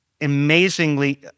amazingly